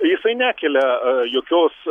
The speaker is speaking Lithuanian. jisai nekelia jokios